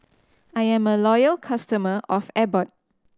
I am a loyal customer of Abbott